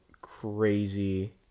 crazy